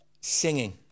singing